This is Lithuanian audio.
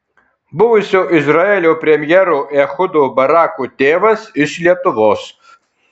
buvusio izraelio premjero ehudo barako tėvas iš lietuvos